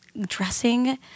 dressing